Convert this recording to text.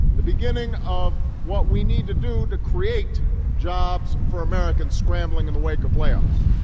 the beginning of what we need to do to create jobs for americans scrambling in the wake of layoffs.